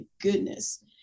goodness